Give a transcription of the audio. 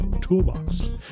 toolbox